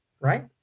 right